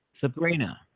Sabrina